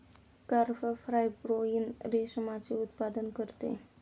carp fibroin रेशमाचे उत्पादन करते